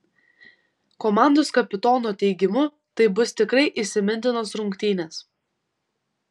komandos kapitono teigimu tai bus tikrai įsimintinos rungtynės